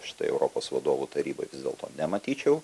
šitoj europos vadovų taryboj vis dėlto nematyčiau